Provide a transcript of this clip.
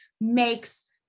makes